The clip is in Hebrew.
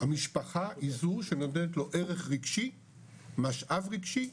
המשפחה היא זו שנותנת לו ערך רגשי משאב רגשי,